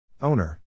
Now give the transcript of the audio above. Owner